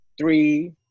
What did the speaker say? three